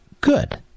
good